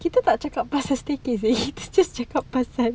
kita tak cakap pasal staycay seh kita just cakap pasal